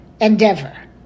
endeavor